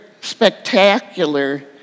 spectacular